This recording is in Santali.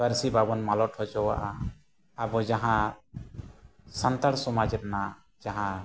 ᱯᱟᱹᱨᱥᱤ ᱵᱟᱵᱚᱱ ᱢᱟᱞᱚᱴ ᱦᱚᱪᱚᱣᱟᱜᱼᱟ ᱟᱵᱚ ᱡᱟᱦᱟᱸ ᱥᱟᱱᱛᱟᱲ ᱥᱚᱢᱟᱡᱽ ᱨᱮᱭᱟᱜ ᱡᱟᱦᱟᱸ